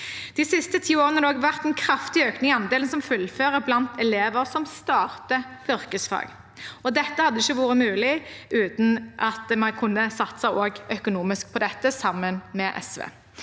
De siste ti årene har det vært en kraftig økning i andelen som fullfører blant elever som starter på yrkesfag. Dette hadde ikke vært mulig uten at vi også har kunnet satset økonomisk på dette, sammen med SV.